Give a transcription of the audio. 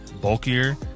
bulkier